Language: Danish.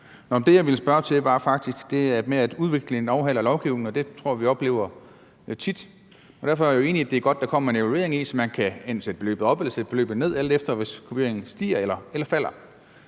det, jeg ville spørge til, var faktisk det med, at udviklingen overhaler lovgivningen, og det tror jeg at vi oplever tit. Derfor er jeg enig i, at det er godt, at der kommer en evaluering, så man enten kan sætte beløbet op eller sætte beløbet ned, alt efter om kopieringen stiger eller falder.